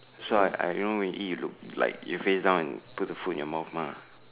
so I I like you know we eat look like you face down and put the food in your mouth meh